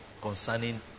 concerning